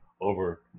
over